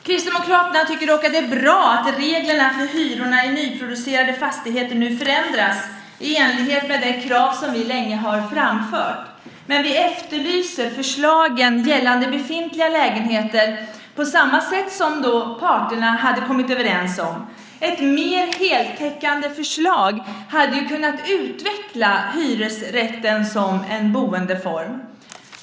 Kristdemokraterna tycker dock att det är bra att reglerna för hyrorna i nyproducerade fastigheter nu förändras i enlighet med de krav som vi länge har framfört. Men vi efterlyser förslagen gällande befintliga lägenheter på samma sätt som parterna hade kommit överens om. Ett mer heltäckande förslag hade kunnat utveckla hyresrätten som en boendeform.